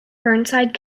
burnside